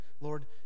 lord